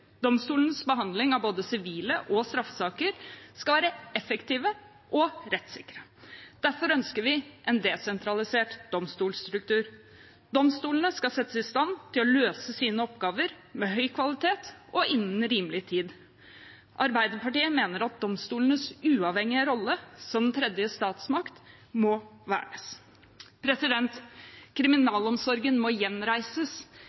behandling av både sivile saker og straffesaker skal være effektiv og rettssikker. Derfor ønsker vi en desentralisert domstolstruktur. Domstolene skal settes i stand til å løse sine oppgaver med høy kvalitet og innen rimelig tid. Arbeiderpartiet mener at domstolenes uavhengige rolle som en tredje statsmakt må